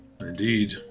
Indeed